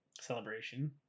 celebration